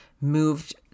moved